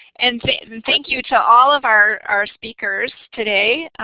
and and thank you to all of our our speakers today,